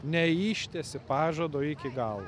neištesi pažado iki galo